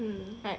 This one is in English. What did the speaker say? mm right